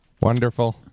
Wonderful